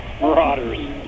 Marauders